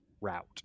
route